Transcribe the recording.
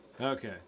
Okay